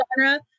genre